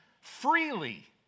freely